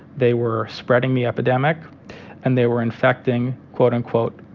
they were spreading the epidemic and they were infecting, quote unquote,